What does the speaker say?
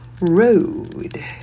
Road